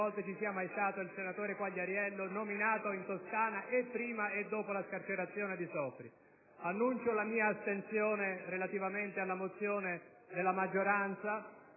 Grazie